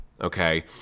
Okay